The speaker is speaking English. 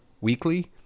weekly